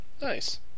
Nice